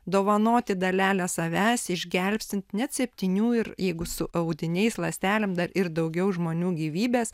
dovanoti dalelę savęs išgelbstint net septynių ir jeigu su audiniais ląstelėm dar ir daugiau žmonių gyvybes